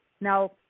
Now